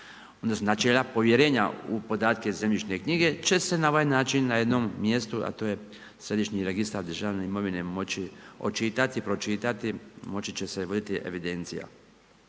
odnosno načela povjerenja u podatke u zemljišne knjige će se na ovaj način na jednom mjestu a to je Središnji registar državne imovine moći očitati i pročitati, moći će se voditi evidencija.